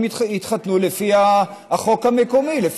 הם התחתנו לפי החוק המקומי.